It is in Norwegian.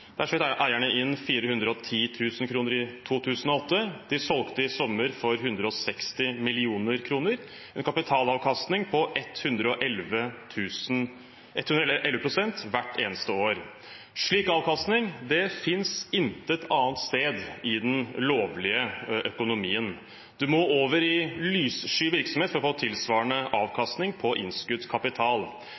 der eierne skjøt inn 410 000 kr i 2008, solgte i sommer for 160 mill. kr – en kapitalavkastning på 111 pst. hvert eneste år. Slik avkastning finnes intet annet sted i den lovlige økonomien. Man må over i lyssky virksomhet for å få tilsvarende avkastning på innskutt kapital.